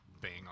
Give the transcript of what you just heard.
bang